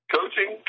Coaching